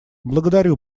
благодарю